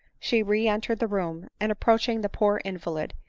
she re-enter ed the room, and, approaching the poor invalid,